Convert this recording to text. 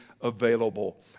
available